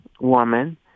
woman